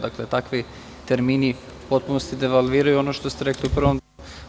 Dakle, takvi termini potpuno devalviraju sve ono što ste rekli u prvom delu.